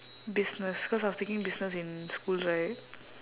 business cause I was taking business in school right